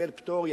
קיבל פטור,